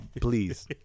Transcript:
Please